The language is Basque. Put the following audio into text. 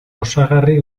osagarri